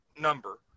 number